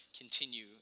continue